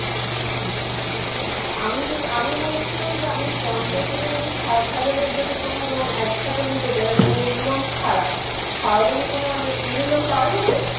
আচ্ছা আর আমি আমি বলছিলাম যে আমি পঞ্চাশ হাজার কি ষাট হাজারের যদি কোনো লোন একসাথে নিতে চাই মানে গোল্ড লোন ছাড়া তাহলে কি কোনো এমনি লোন পাওয়া যাবে